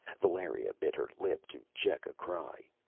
valeria bit her lip to check a cry.